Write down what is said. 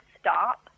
stop